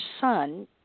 son